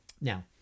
Now